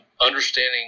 understanding